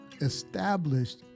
established